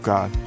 God